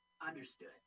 Understood